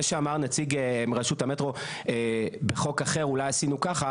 זה שאמר נציג רשות המטרו בחוק אחר אולי עשינו ככה,